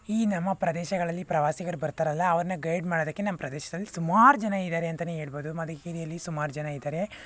ಈ ನಮ್ಮ ಪ್ರದೇಶಗಳಲ್ಲಿ ಪ್ರವಾಸಿಗರು ಬರ್ತಾರಲ್ಲ ಅವ್ರನ್ನ ಗೈಡ್ ಮಾಡೋದಕ್ಕೆ ನಮ್ಮ ಪ್ರದೇಶದಲ್ಲಿ ಸುಮಾರು ಜನ ಇದ್ದಾರೆ ಅಂತನೇ ಹೇಳ್ಬೋದು ಮಧುಗಿರಿಯಲ್ಲಿ ಸುಮಾರು ಜನ ಇದ್ದಾರೆ